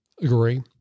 Agree